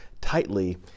tightly